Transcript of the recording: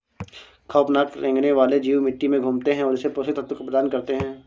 खौफनाक रेंगने वाले जीव मिट्टी में घूमते है और इसे पोषक तत्व प्रदान करते है